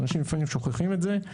ואנשים לפעמים שוכחים את זה.